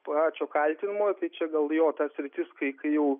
pačio kaltinamojo tai čia gal jo ta sritis kai kai jau